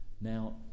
now